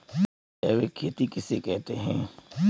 जैविक खेती किसे कहते हैं?